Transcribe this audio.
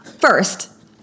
first